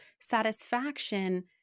satisfaction